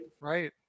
Right